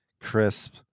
crisp